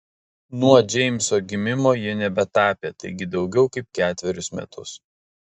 nuo džeimso gimimo ji nebetapė taigi daugiau kaip ketverius metus